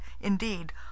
indeed